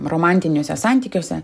romantiniuose santykiuose